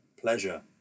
pleasure